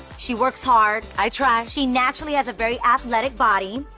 she works hard. i try. she naturally has a very athletic body,